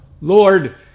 Lord